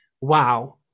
wow